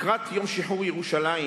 לקראת יום שחרור ירושלים